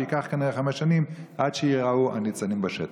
וייקחו כנראה חמש שנים עד שייראו הניצנים בשטח.